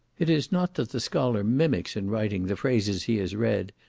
it is not that the scholar mimics in writing the phrases he has read,